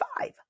five